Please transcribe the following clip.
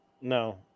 No